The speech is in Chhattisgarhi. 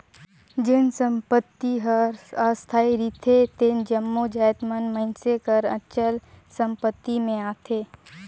जेन संपत्ति हर अस्थाई रिथे तेन जम्मो जाएत मन मइनसे कर अचल संपत्ति में आथें